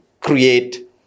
create